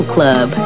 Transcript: Club